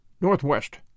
Northwest